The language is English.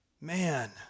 Man